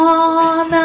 on